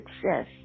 success